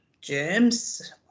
germs